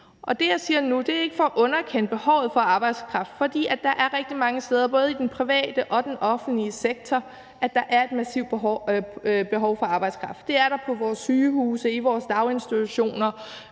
Det, jeg siger nu, er ikke for at underkende behovet for arbejdskraft, for der er rigtig mange steder, både i den private og den offentlige sektor, hvor der er et massivt behov for arbejdskraft. Det er der på vores sygehuse, i vores daginstitutioner,